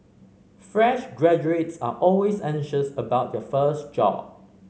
fresh graduates are always anxious about their first job